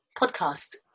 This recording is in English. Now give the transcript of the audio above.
podcast